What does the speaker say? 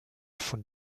von